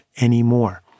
anymore